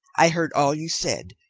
i heard all you said,